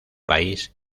país